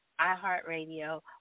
iHeartRadio